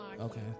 okay